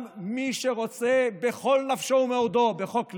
גם מי שרוצה בכל נפשו ומאודו בחוק הלאום,